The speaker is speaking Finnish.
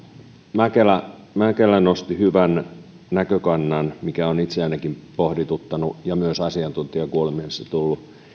mäkelä mäkelä nosti hyvän näkökannan mikä on itseänikin pohdituttanut ja myös asiantuntijakuulemisessa tullut